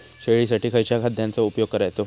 शेळीसाठी खयच्या खाद्यांचो उपयोग करायचो?